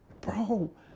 bro